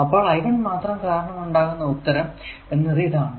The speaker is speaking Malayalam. അപ്പോൾ I1 മാത്രം കാരണമുണ്ടാകുന്ന ഉത്തരം എന്നത് ഇതാണ്